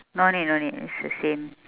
no need no need is the same